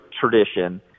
tradition